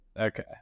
Okay